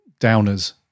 downers